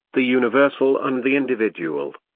the universal and the individual.